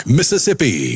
Mississippi